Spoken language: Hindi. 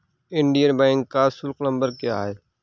इंडियन बैंक का निःशुल्क नंबर क्या है?